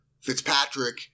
Fitzpatrick